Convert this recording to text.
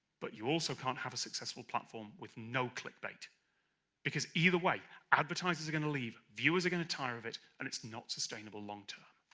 but you also can't have a successful platform with no clickbait because either way, advertisers are gonna leave, viewers are gonna tire of it, and it's not sustainable, long